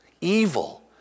evil